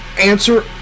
answer